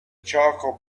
charcoal